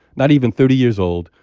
not even thirty years old,